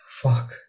Fuck